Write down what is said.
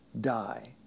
die